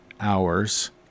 hours